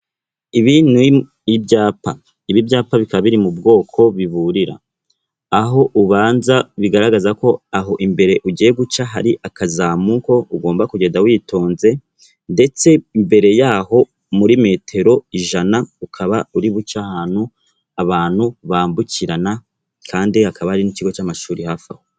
Ibi ni ibyapa, ibi byapa bikaba biri mu bwoko biburira aho ubanza bigaragaza ko aho imbere ugiye guca hari akazamuko ugomba kugenda witonze ndetse imbere yaho muri metero ijana, ukaba uri buce ahantu abantu bambukirana kandi hakaba ari n'ikigo cy'amashuri hafi aho.